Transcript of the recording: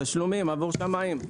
תשלומים עבור שמאים.